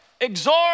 exhort